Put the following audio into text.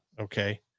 okay